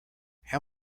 how